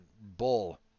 Bull